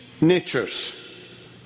natures